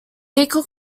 equal